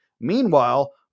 Meanwhile